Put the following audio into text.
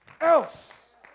else